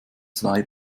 zwei